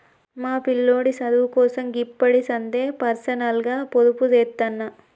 మా పిల్లోడి సదువుకోసం గిప్పడిసందే పర్సనల్గ పొదుపుజేత్తన్న